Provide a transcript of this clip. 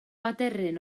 aderyn